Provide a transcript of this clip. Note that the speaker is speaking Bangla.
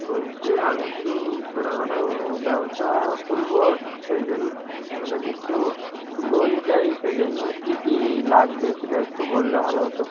বলছি আমি একটু ছোটো খাটো ব্যবসা খুলবো সেই জন্য আপনার কাছে একটু লোন চাই সেই জন্য কী কী লাগবে সেটা একটু বললে ভালো হতো